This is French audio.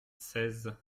seize